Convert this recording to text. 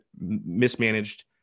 mismanaged